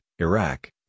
Iraq